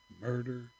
Murder